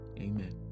Amen